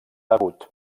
agut